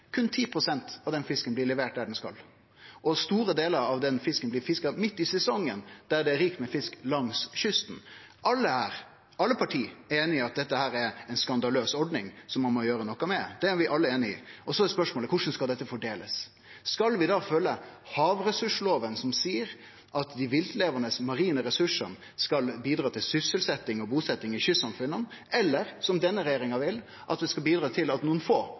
av den fisken blir levert der han skal, og store delar av den fisken blir fiska midt i sesongen da det er rikt med fisk langs kysten. Alle her, alle parti, er einige om at dette er ei skandaløs ordning som ein må gjere noko med. Det er vi alle einige om. Spørsmålet er korleis dette skal fordelast. Skal vi følgje havressurslova, som seier at dei viltlevande marine ressursane skal bidra til sysselsetjing og busetting i kystsamfunna, eller skal dei, som denne regjeringa vil, bidra til at nokre få skal